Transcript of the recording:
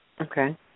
okay